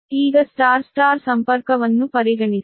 ಈಗ Y Y ಸಂಪರ್ಕವನ್ನು ಪರಿಗಣಿಸಿ